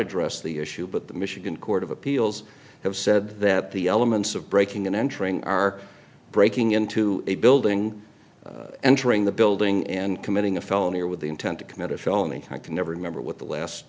address the issue but the michigan court of appeals have said that the elements of breaking and entering are breaking into a building entering the building and committing a felony or with the intent to commit a felony i can never remember what the last